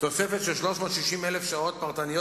1. תוספת של 360,000 שעות פרטניות